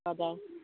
हजुर